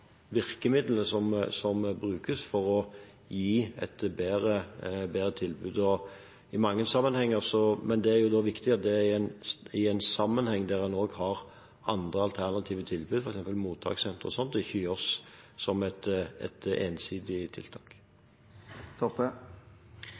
virkemidlene som brukes for å gi et bedre tilbud. Men da er det viktig at det skjer i en sammenheng der en også har andre alternative tilbud, f.eks. mottakssenter og slikt, og at det ikke gjøres som et ensidig tiltak.